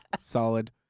solid